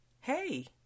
hey